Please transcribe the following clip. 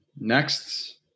next